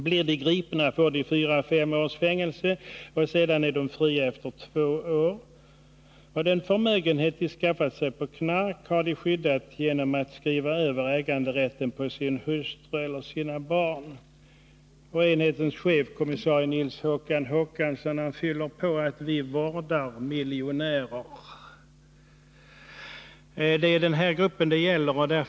Blir de gripna får de fyra eller fem års fängelse. Och sedan är de fria efter två år. Och den förmögenhet de skaffat sig på knark har de skyddat genom att skriva över äganderätten på sin hustru eller på sina barn.” Enhetens chef, Nils-Håkan Håkansson, fyller på med konstaterandet att ”vi vårdar miljonärer”. Det är den här gruppen det gäller.